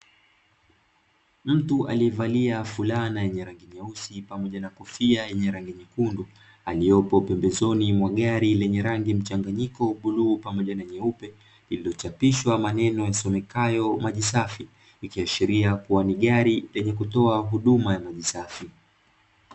Mtu aliyevalia fulana yenye rangi nyeusi pamoja na kofia yenye rangi nyekundu aliopo pembezoni mwa gari lenye rangi mchanganyiko bluu pamoja na nyeupe iliyochapishwa maneno yasomekayo maji safi ikiashiria kuwa ni gari lenye kutoa huduma ya maji safi.